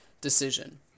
decision